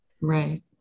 right